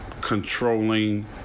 controlling